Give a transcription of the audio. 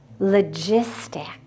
logistic